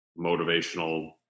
motivational